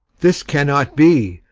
this cannot be,